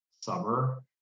summer